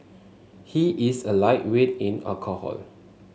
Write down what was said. he is a lightweight in alcohol